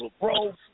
growth